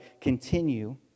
continue